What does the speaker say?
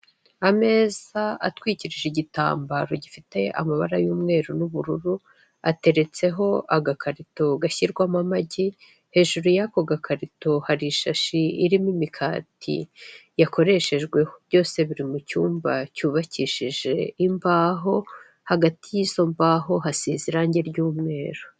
Ameza atwikirije igitambaro gifite amabara y'umweru n'ubururu, ateretseho agakarito gashyirwamo amagi, hejuru y'ako gakarito hari ishashi irimo imikati yakoreshejweho. Byose biri mu cyumba cyubakishije imbaho, hagati y'izo mbaho hasize irange ry'umweru.